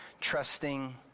trusting